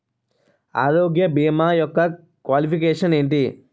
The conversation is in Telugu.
ఆరోగ్య భీమా యెక్క క్వాలిఫికేషన్ ఎంటి?